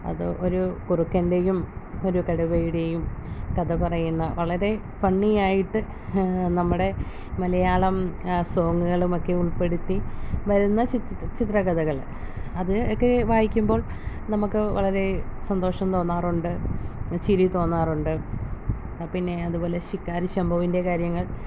അത് ഒരു കുറുക്കൻ്റെയും ഒരു കടുവയുടെയും കഥ പറയുന്ന വളരെ ഫണ്ണിയായിട്ട് നമ്മുടെ മാലയാളം സോങ്ങുകളുമക്കെ ഉൾപ്പെടുത്തി വരുന്ന ചിത് ചിത്രകഥകൾ അത് ഒക്കെ വായിക്കുമ്പോൾ നമുക്ക് വളരേ സന്തോഷം തോന്നാറുണ്ട് പിന്നെ ചിരി തോന്നാറുണ്ട് ആ പിന്നെ അതുപോലെ ശിക്കാരി ശംഭുവിൻ്റെ കാര്യങ്ങൾ